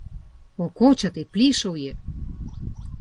o ko čia taip plyšauji